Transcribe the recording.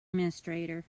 administrator